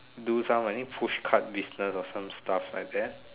do some I think pushcart business or some stuff like that